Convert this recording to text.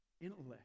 intellect